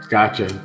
Gotcha